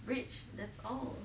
bridge that's all